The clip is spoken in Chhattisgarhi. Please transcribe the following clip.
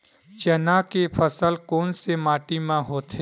चना के फसल कोन से माटी मा होथे?